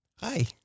Hi